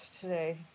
today